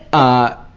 ah.